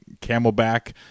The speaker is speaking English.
camelback